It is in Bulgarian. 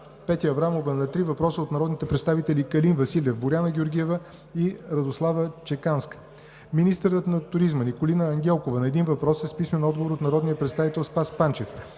Петя Аврамова на три въпроса от народните представители Калин Василев, Боряна Георгиева и Радослава Чеканска; - министърът на туризма Николина Ангелкова на един въпрос с писмен отговор от народния представител Спас Панчев;